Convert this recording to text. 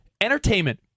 entertainment